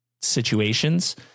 situations